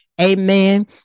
Amen